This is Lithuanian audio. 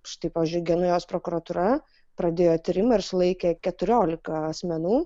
štai pavyzdžiui genujos prokuratūra pradėjo tyrimą ir sulaikė keturiolika asmenų